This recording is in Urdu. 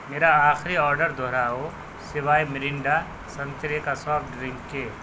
میرا آخری آرڈر دہراؤ سوائے مرینڈا سنترے کا سافٹ ڈرنک کے